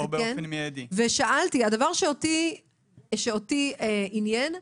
ושאלתי, הדבר שאותי עניין,